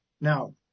Now